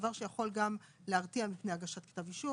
דבר שיכול גם להרתיע מפני הגשת כתב אישום.